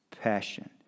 passion